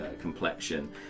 complexion